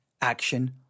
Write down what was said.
action